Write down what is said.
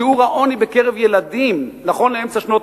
שיעור העוני בקרב ילדים נכון לאמצע שנות